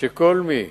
שכל מי